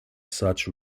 such